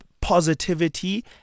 positivity